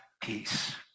peace